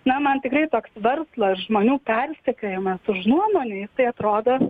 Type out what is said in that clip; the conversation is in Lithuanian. na man tikrai toks verslas žmonių persekiojimas už nuomonę jisai atrodo